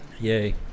Yay